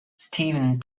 steven